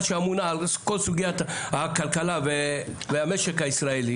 שאמונה על סוגיית הכלכלה והמשק הישראלי